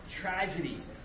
tragedies